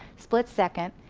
split second.